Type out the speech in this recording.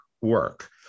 work